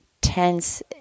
tense